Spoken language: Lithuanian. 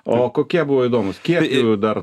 o kokie buvo įdomūs kiek jų dar